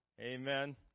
amen